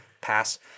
pass